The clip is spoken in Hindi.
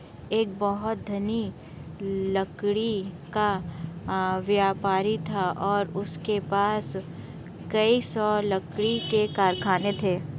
एक बहुत धनी लकड़ी का व्यापारी था और उसके पास कई सौ लकड़ी के कारखाने थे